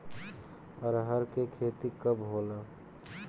अरहर के खेती कब होला?